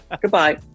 goodbye